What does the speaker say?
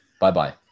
Bye-bye